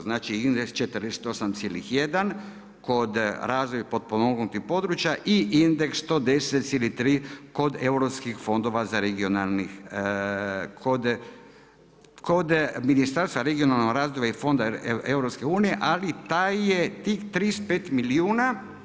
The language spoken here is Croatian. Znači indeks 48,1 kod razvoj potpomognutim područja i indeks 110,3 kod europskih fondova za regionalni, kod Ministarstva regionalnog razvoja i fonda EU, ali taj je, tih 35 milijuna.